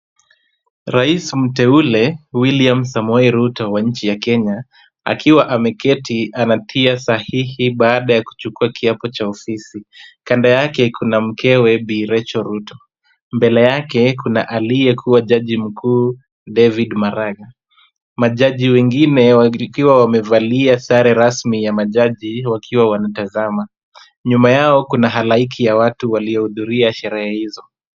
Rais mteule William Samoei Ruto wa nchi ya Kenya akiwa ameketi anatia sahihi baada ya kuchukua kiapo cha ofisi. Kando yake kuna mkewe Bi Rachel Ruto. Mbele yake kuna aliyekuwa jaji mkuu David Maraga. Majaji wengine wakiwa wamevalia sare rasmi ya majaji wakiwa wanatazama. Nyuma yao kuna halaiki ya watu waliohudhuria sherehe hizo.